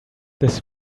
this